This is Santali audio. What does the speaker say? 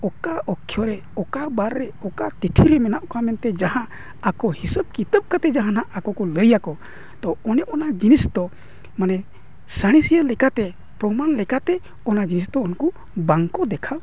ᱚᱠᱟ ᱚᱠᱠᱷᱚ ᱨᱮ ᱚᱠᱟ ᱵᱟᱨ ᱨᱮ ᱚᱠᱟ ᱠᱤᱪᱷᱩ ᱨᱮ ᱢᱮᱱᱟᱜ ᱠᱚᱣᱟ ᱢᱮᱱᱛᱮᱫ ᱡᱟᱦᱟᱸ ᱟᱠᱚ ᱦᱤᱥᱟᱹᱵ ᱠᱤᱛᱟᱹᱵ ᱡᱟᱦᱟᱱᱟᱜ ᱟᱠᱚ ᱠᱚ ᱞᱟᱹᱭ ᱟᱠᱚ ᱛᱚ ᱚᱱᱮ ᱚᱱᱟ ᱡᱤᱱᱤᱥ ᱫᱚ ᱢᱟᱱᱮ ᱥᱟᱬᱮᱥᱤᱭᱟᱹ ᱞᱮᱠᱟᱛᱮ ᱯᱨᱚᱢᱟᱱ ᱞᱮᱠᱟᱛᱮ ᱚᱱᱟ ᱡᱤᱱᱤᱥ ᱫᱚ ᱩᱱᱠᱩ ᱵᱟᱝ ᱠᱚ ᱫᱮᱠᱷᱟᱣ